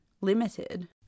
limited